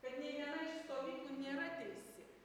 kad nė viena iš stovyklų nėra teisi